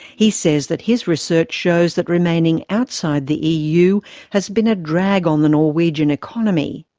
he says that his research shows that remaining outside the eu has been a drag on the norwegian economy.